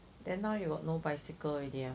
then now you got no bicycle already ah